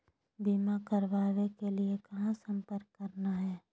बीमा करावे के लिए कहा संपर्क करना है?